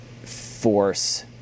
force